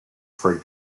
for